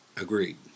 Agreed